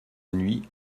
nuit